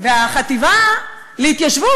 והחטיבה להתיישבות,